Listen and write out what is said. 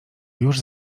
już